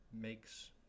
makes